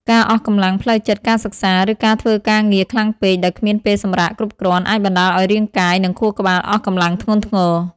ការអស់កម្លាំងផ្លូវចិត្តការសិក្សា ឬការធ្វើការងារខ្លាំងពេក ដោយគ្មានពេលសម្រាកគ្រប់គ្រាន់ អាចបណ្តាលឲ្យរាងកាយ និងខួរក្បាលអស់កម្លាំងធ្ងន់ធ្ងរ។